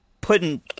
putting